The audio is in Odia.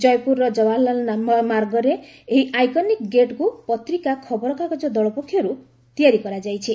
ଜୟପୁରର ଜବାହରଲାଲ ମାର୍ଗରେ ଏହି ଆଇକନିକ୍ ଗେଟ୍କୁ ପତ୍ରିକା ଖବରକାଗଜ ଦଳ ପକ୍ଷରୁ ତିଆରି କରାଯାଇଛି